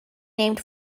named